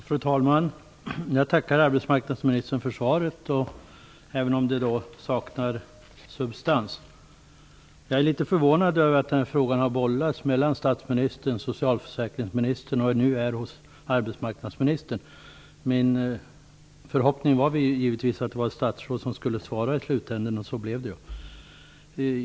Fru talman! Jag tackar arbetsmarknadsministern för svaret, även om det saknar substans. Jag är litet förvånad över att interpellationen har bollats mellan statsministern, socialministern och arbetsmarknadsministern. Min förhoppning var givetvis att ett statsråd skulle svara i slutänden, och så blev det ju.